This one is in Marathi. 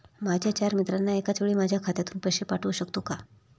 माझ्या चार मित्रांना एकाचवेळी माझ्या खात्यातून पैसे पाठवू शकतो का?